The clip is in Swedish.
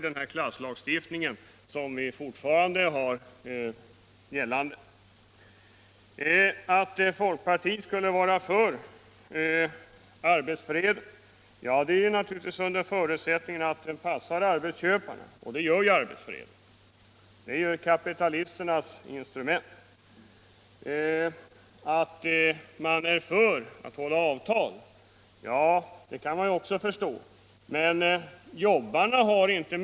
Jag har nu erfarit att regeringen beslutat minska detta bidrag till 60 26, vilket jag anser vara en allvarlig försämring, då den totala arbetslösheten har ökat och man kan frukta att även ungdomsarbetslösheten kommer att dröja kvar och även den kanske öka under den närmaste framtiden.